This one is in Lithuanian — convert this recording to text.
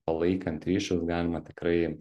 palaikant ryšius galima tikrai